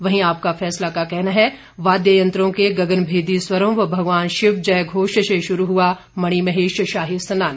वहीं आपका फैसला का कहना है वाद्य यंत्रों के गगनमेदी स्वरों व भगवान शिव जयघोष से शुरू हुआ मणिमहेश शाही स्नान